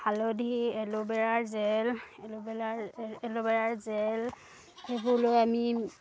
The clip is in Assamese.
হালধি এল'ভেৰাৰ জেল এল'ভেৰাৰ এল'ভেৰাৰ জেল সেইবোৰ লৈ আমি